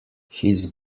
his